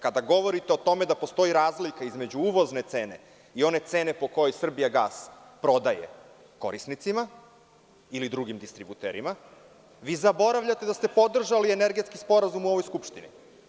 Kada govorite o tome da postoji razlika između uvozne cene i one cene po kojoj „Srbijagas“ prodaje korisnicima ili drugim distributerima, vi zaboravljate da ste podržali Energetski sporazum u ovoj Skupštini.